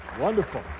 wonderful